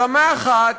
ברמה אחת,